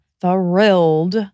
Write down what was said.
thrilled